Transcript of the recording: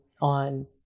on